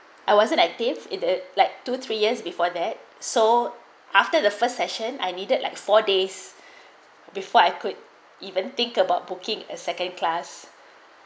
I wasn't active in it like two three years before that so after the first session I needed like four days before I could even think about booking a second class